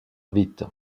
vite